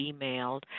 emailed